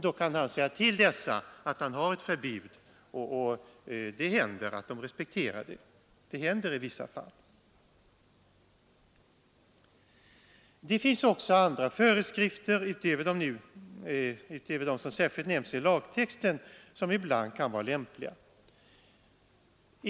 Då kan han säga till dessa att han har ett förbud, och det händer att de respekterar det. Också andra föreskrifter, utöver dem som särskilt nämnts i lagtexten, kan ibland vara lämpliga.